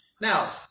Now